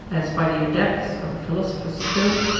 as by the adepts of the philosopher's stone,